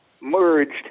merged